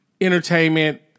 entertainment